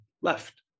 left